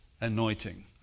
anointing